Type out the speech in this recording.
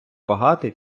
багатий